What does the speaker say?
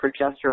progesterone